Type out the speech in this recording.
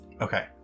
Okay